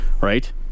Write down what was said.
right